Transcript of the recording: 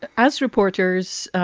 as reporters,